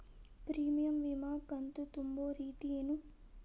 Premium ವಿಮಾ ಕಂತು ತುಂಬೋ ರೇತಿ ಏನು?